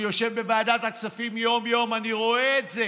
אני יושב בוועדת הכספים יום-יום, אני רואה את זה.